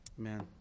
Amen